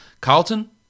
Carlton